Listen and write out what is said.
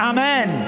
Amen